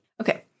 Okay